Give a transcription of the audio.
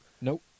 Nope